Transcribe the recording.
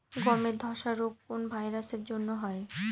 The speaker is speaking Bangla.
গমের ধসা রোগ কোন ভাইরাস এর জন্য হয়?